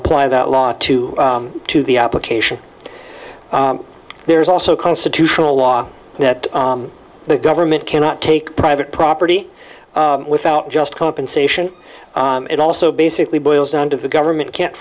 apply that law to to the application there's also constitutional law that the government cannot take private property without just compensation it also basically boils down to the government can't